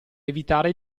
evitare